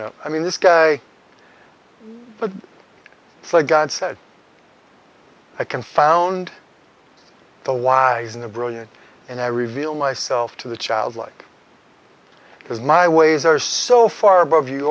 know i mean this guy but it's like god said to confound the wise and the brilliant and i reveal myself to the child like because my ways are so far above you